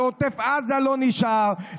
לעוטף עזה לא נשאר,